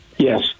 Yes